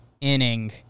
inning